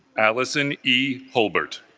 allison e hobart